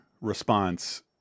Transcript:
response